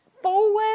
forward